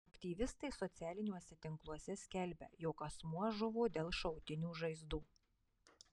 aktyvistai socialiniuose tinkluose skelbia jog asmuo žuvo dėl šautinių žaizdų